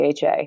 DHA